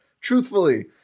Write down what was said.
truthfully